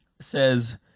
says